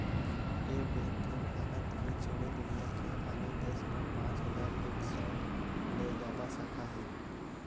ए bank के भारत के छोड़े दुनिया के आने देश म पाँच हजार एक सौ ले जादा शाखा हे